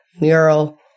mural